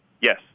Yes